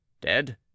Dead